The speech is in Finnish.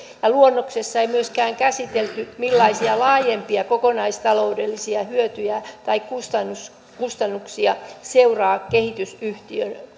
luonnoksessa ei myöskään käsitelty millaisia laajempia kokonaistaloudellisia hyötyjä tai kustannuksia kustannuksia seuraa kehitysyhtiön